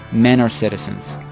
men are citizens.